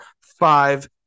five